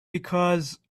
because